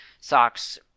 Socks